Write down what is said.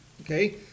Okay